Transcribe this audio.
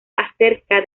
acerca